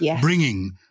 bringing